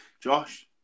Josh